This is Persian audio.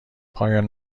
پایان